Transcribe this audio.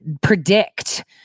predict